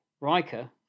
Riker